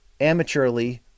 amateurly